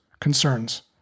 concerns